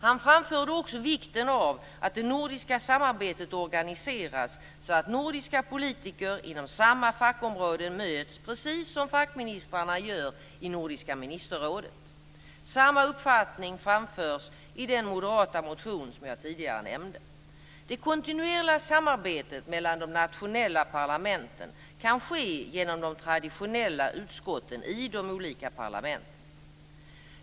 Han framförde också vikten av att det nordiska samarbetet organiseras så att nordiska politiker inom samma fackområden möts precis som fackministrarna gör i Nordiska ministerrådet. Samma uppfattning framförs i den moderata motion som jag tidigare nämnt. Det kontinuerliga samarbetet mellan de nationella parlamenten kan ske genom de traditionella utskotten i de olika parlamenten.